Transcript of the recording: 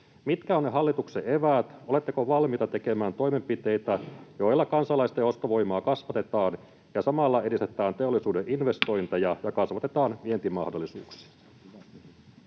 Mitkä ovat ne hallituksen eväät? Oletteko valmiita tekemään toimenpiteitä, joilla kansalaisten ostovoimaa kasvatetaan ja samalla edistetään teollisuuden investointeja ja kasvatetaan vientimahdollisuuksia?